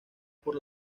por